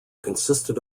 consisted